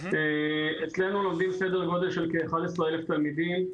אצלנו לומדים סדר-גודל של כ-11,000 תלמידים,